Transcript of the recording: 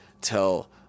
tell